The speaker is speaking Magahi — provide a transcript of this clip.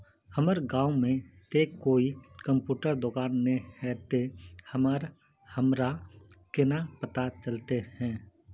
हमर गाँव में ते कोई कंप्यूटर दुकान ने है ते हमरा केना पता चलते है?